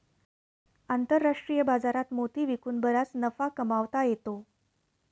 आंतरराष्ट्रीय बाजारात मोती विकून बराच नफा कमावता येतो